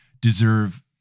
deserve